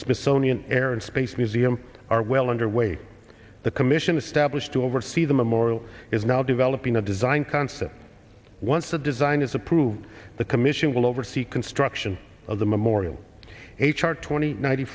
smithsonian air and space museum are well underway the commission established to oversee the memorial is now developing a design concept once the design is approved the commission will oversee construction of the memorial h r twenty ninety